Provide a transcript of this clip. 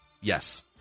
Yes